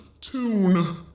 tune